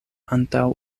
antaŭ